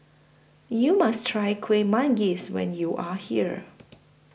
YOU must Try Kueh Manggis when YOU Are here